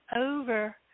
over